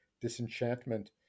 disenchantment